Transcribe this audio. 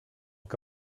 que